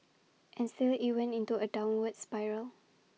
and still IT went into A downward spiral